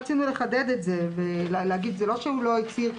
רצינו לחדד את זה ולהגיד זה לא שהוא לא הצהיר.